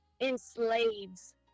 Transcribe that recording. Enslaves